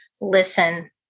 listen